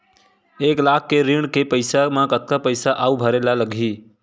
एक लाख के ऋण के पईसा म कतका पईसा आऊ भरे ला लगही?